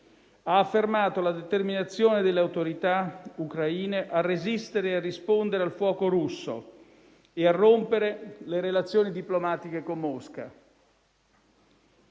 ha affermato la determinazione delle autorità ucraine a resistere e a rispondere al fuoco russo, e a rompere le relazioni diplomatiche con Mosca.